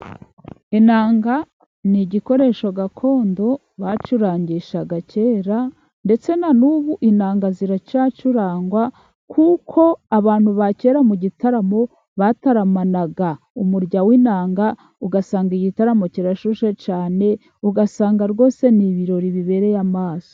Inanga ni igikoresho gakondo bacurangishaga kera, ndetse na n'ubu inanga ziracyacurangwa, kuko abantu bakera mu gitaramo bataramanaga umurya w'inanga, ugasanga igitaramo kirashyushye cyan, ugasanga rwose ni ibirori bibereye amaso.